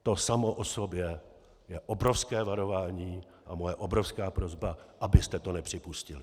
To samo o sobě je obrovské varování a moje obrovská prosba, abyste to nepřipustili.